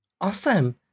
Awesome